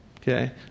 okay